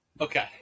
Okay